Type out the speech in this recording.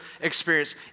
experience